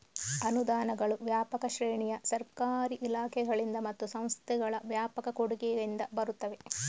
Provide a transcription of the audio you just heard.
ಅನುದಾನಗಳು ವ್ಯಾಪಕ ಶ್ರೇಣಿಯ ಸರ್ಕಾರಿ ಇಲಾಖೆಗಳಿಂದ ಮತ್ತು ಸಂಸ್ಥೆಗಳ ವ್ಯಾಪಕ ಕೊಡುಗೆಯಿಂದ ಬರುತ್ತವೆ